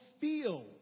feel